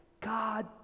God